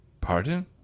Pardon